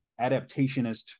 adaptationist